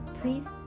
Please